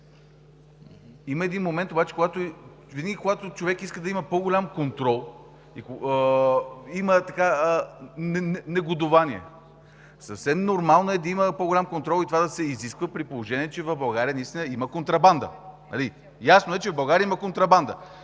Има един момент обаче – винаги когато човек иска да има по голям контрол, има негодувание. Съвсем нормално е да има по голям контрол и това да се изисква, при положение че в България има контрабанда. Ясно е, че в България има контрабанда.